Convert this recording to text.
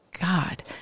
God